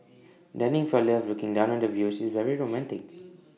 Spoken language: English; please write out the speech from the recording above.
dining for love looking down on the views is very romantic